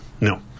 No